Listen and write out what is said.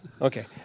Okay